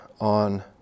on